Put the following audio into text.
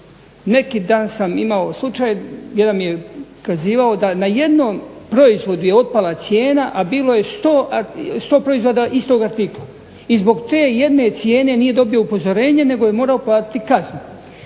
neki dan sam imao slučaj, jedan mi je kazivao da na jednom proizvodu je otpala cijena, a bilo je 100 proizvoda istog artikla i zbog te jedne cijene nije dobio upozorenje nego je morao platiti kaznu.